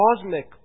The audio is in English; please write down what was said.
cosmic